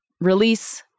release